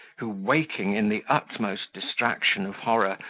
who, waking in the utmost distraction of horror,